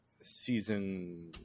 season